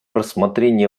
рассмотрение